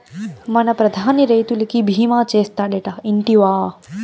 మన ప్రధాని రైతులకి భీమా చేస్తాడటా, ఇంటివా